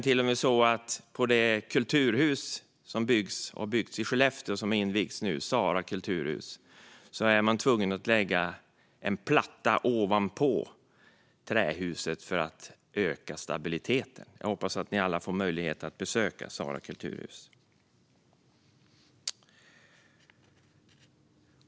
Till och med på det kulturhus i trä som byggts i Skellefteå och nu har invigts, Sara kulturhus, är man tvungen att lägga en platta ovanpå för att öka stabiliteten. Jag hoppas att ni alla får möjlighet att besöka Sara kulturhus.